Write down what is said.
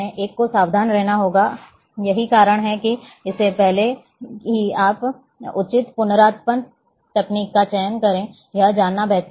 एक को सावधान रहना होगा और यही कारण है कि इससे पहले कि आप उचित पुनरुत्पादन तकनीक का चयन करें यह जानना बेहतर है